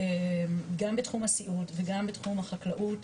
גם בתחום הסיעוד וגם בתחום החקלאות,